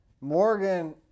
Morgan